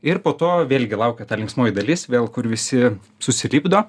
ir po to vėlgi laukia ta linksmoji dalis vėl kur visi susilipdo